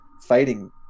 fighting